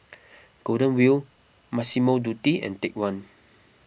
Golden Wheel Massimo Dutti and Take one